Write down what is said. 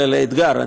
אלא אתגר,